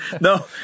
No